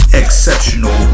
exceptional